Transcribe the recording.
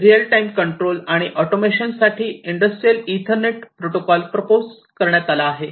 real time control आणि automation साठी industrial Ethernet protocol propose करण्यात आला आहे